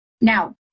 Now